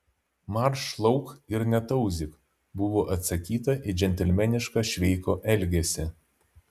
marš lauk ir netauzyk buvo atsakyta į džentelmenišką šveiko elgesį